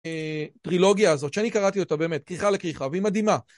טרילוגיה הזאת שאני קראתי אותה באמת, כריכה לכריכה והיא מדהימה.